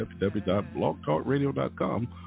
www.blogtalkradio.com